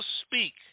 speak